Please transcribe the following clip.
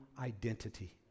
identity